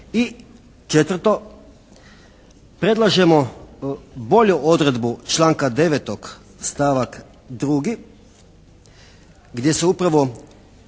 četvrto, predlažemo bolju odredbu članka 9. stavak 2. gdje se upravo